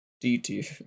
D-T